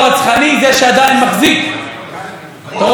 זה שעדיין מחזיק בידיו את אורון שאול,